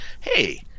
hey